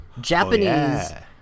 Japanese